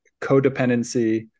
codependency